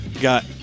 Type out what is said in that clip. Got